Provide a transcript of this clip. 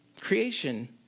creation